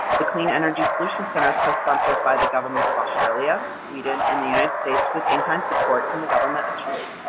the clean energy solutions center is cosponsored by the governments of australia, sweden, and the united states, with in-kind support from the government of chile.